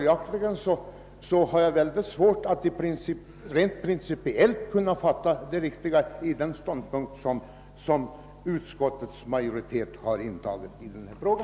Jag har därför principiellt svårt att förstå den ståndpunkt som utskottsmajoriteten intagit i denna fråga.